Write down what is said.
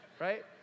Right